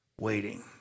Waiting